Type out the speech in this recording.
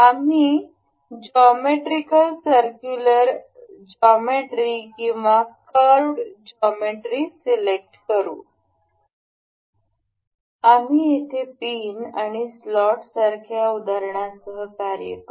आम्ही geometrical circular geometry किंवा curved geometry select करू आम्ही येथे पिन आणि स्लॉटसारख्या उदाहरणासह कार्य करू